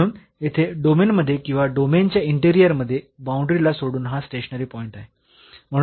म्हणून येथे डोमेन मध्ये किंवा डोमेन च्या इंटेरिअर मध्ये बाऊंडरीला सोडून हा स्टेशनरी पॉईंट आहे